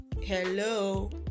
hello